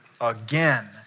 again